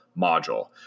module